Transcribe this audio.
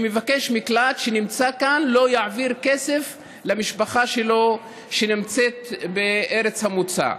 שמבקש מקלט שנמצא כאן לא יעביר כסף למשפחה שלו שנמצאת בארץ המוצא.